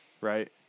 right